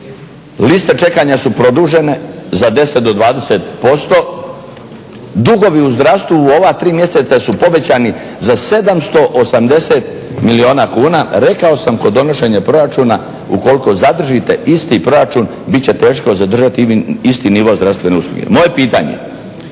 Liste čekanja su produžene za 10 do 20%, dugovi u zdravstvu u ova tri mjeseca su povećani za 780 milijuna kuna. Rekao sam kod donošenja proračuna ukoliko zadržite isti proračun bit će teško zadržati isti nivo zdravstvene usluge. Moje je pitanje,